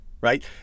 right